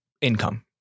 income